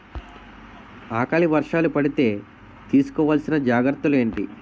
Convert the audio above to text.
ఆకలి వర్షాలు పడితే తీస్కో వలసిన జాగ్రత్తలు ఏంటి?